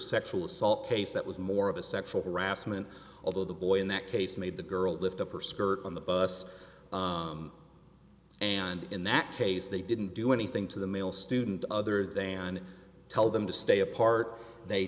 sexual assault case that was more of a sexual assman although the boy in that case made the girl lift up her skirt on the bus and in that case they didn't do anything to the male student other than tell them to stay apart they